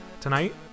tonight